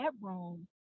bedroom